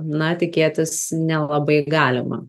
na tikėtis nelabai galima